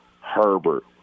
herbert